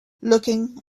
looking